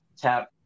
tap